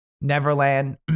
Neverland